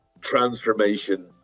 transformation